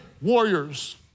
warrior's